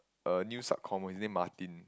uh new sub comm ah his name Martin